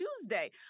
tuesday